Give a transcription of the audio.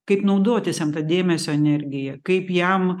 kaip naudotis jam dėmesio energija kaip jam